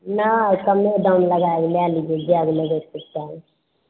नहि कमे दाम लगायब लए लियऽ जे बनै छै सएह